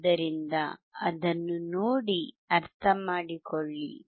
ಆದ್ದರಿಂದ ಅದನ್ನು ನೋಡಿ ಅರ್ಥಮಾಡಿಕೊಳ್ಳಿ